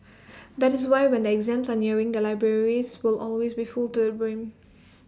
that is why when the exams are nearing the libraries will always be filled to the brim